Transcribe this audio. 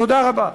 תודה רבה.